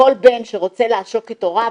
כל בן שרוצה לעשוק את הוריו,